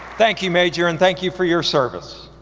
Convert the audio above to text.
thank you major and thank you for your service.